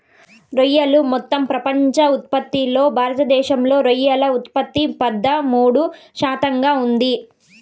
రొయ్యలు మొత్తం ప్రపంచ ఉత్పత్తిలో భారతదేశంలో రొయ్యల ఉత్పత్తి పదమూడు శాతంగా ఉంది